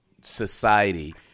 society